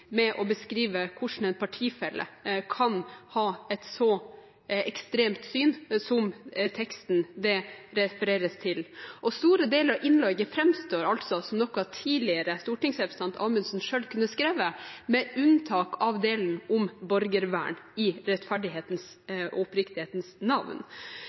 å beskrive hvordan en partifelle kan ha et så ekstremt syn som teksten det refereres til, viser, og store deler av innlegget framstår altså som noe som tidligere stortingsrepresentant Amundsen selv kunne ha skrevet, med unntak av delen om borgervern – i rettferdighetens og oppriktighetens navn.